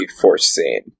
foreseen